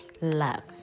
love